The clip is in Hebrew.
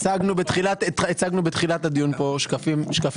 הצגנו בתחילת הדיון כאן שקפים.